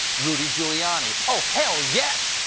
rudy giuliani. oh, hell, yes!